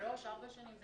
לפני שלוש-ארבע שנים.